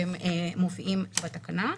והם מופיעים בתקנה,